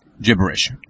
gibberish